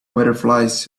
butterflies